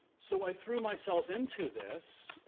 so, i threw myself into this,